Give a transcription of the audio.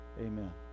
Amen